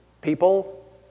people